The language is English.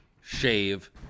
Shave